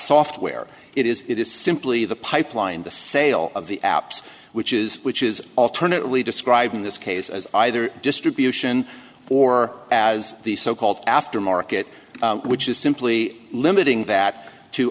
software it is it is simply the pipeline the sale of the apps which is which is alternatively describing this case as either distribution or as the so called after market which is simply limiting that to